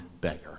beggar